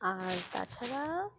আর তাছাড়া